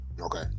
Okay